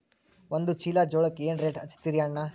ಒಂದ ಚೀಲಾ ಜೋಳಕ್ಕ ಏನ ರೇಟ್ ಹಚ್ಚತೀರಿ ಅಣ್ಣಾ?